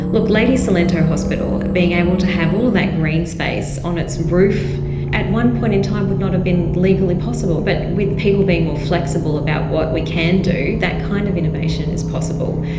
look, lady cilento hospital, being able to have all of that green space on its roof at one point in time would not have been legally possible. but with people being more flexible about what we can do, that kind of innovation is possible.